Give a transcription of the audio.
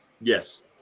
Yes